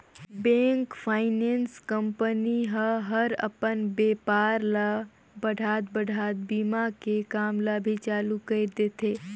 bank, finance company ह हर अपन बेपार ल बढ़ात बढ़ात बीमा के काम ल भी चालू कइर देथे